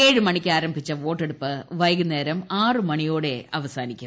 ഏഴ് മണിക്കാരംഭിച്ച വോട്ടെടുപ്പ് വൈകുന്നേര് ആറ് മണിയോടെ അവസാനിക്കും